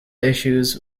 issues